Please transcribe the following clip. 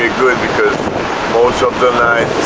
good because most of the night,